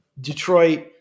Detroit